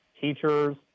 teachers